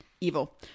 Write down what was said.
Evil